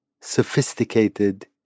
sophisticated